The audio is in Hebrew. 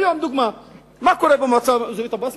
היום, לדוגמה, מה קורה במועצה האזורית אבו-בסמה?